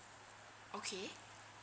okay